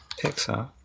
Pixar